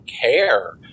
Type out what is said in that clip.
care